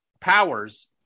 Powers